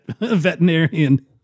veterinarian